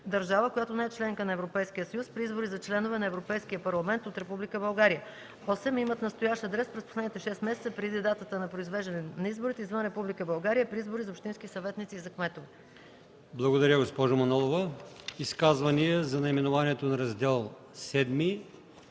държава, която не е членка на Европейския съюз – при избори за членове на Европейския парламент от Република България; 8. имат настоящ адрес през последните 6 месеца преди датата на произвеждане на изборите извън Република България – при избори за общински съветници и за кметове”. ПРЕДСЕДАТЕЛ АЛИОСМАН ИМАМОВ: Благодаря, госпожо Манолова. Изказвания за наименованието на Раздел